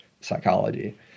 psychology